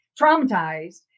traumatized